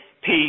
peace